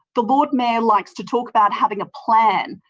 the lord mayor likes to talk about having a plan.